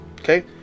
okay